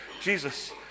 Jesus